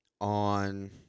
On